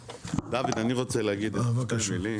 דוד, אני רוצה להגיד, באמת